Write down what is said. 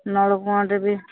ନଳ କୂଅଟେ ବି